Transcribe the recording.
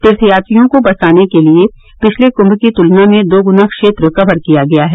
तीर्थयात्रियों को बसाने के लिये पिछले कुंभ की तुलना में दो गुना क्षेत्र कवर किया गया है